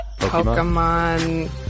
Pokemon